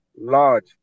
large